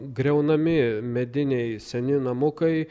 griaunami mediniai seni namukai